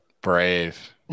Brave